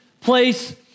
place